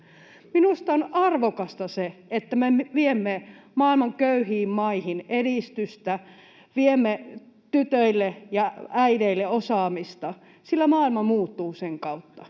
Minusta on arvokasta se, että me viemme maailman köyhiin maihin edistystä, viemme tytöille ja äideille osaamista, sillä maailma muuttuu sen kautta.